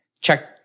Check